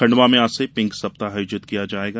खंडवा में आज से पिंक सप्ताह आयोजित किया जायेगा